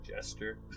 gesture